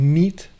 niet